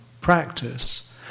practice